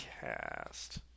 cast